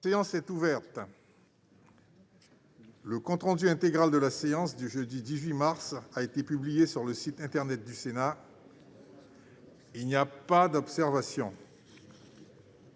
La séance est ouverte. Le compte rendu intégral de la séance du jeudi 18 mars 2021 a été publié sur le site internet du Sénat. Il n'y a pas d'observation